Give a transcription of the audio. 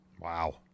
wow